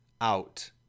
out